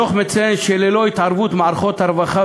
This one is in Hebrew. הדוח מציין שללא התערבות מערכות הרווחה